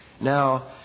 Now